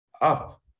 up